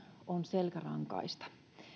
on selkärankaista